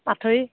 Pathori